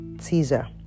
Caesar